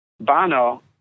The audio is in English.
Bono